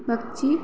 पक्षी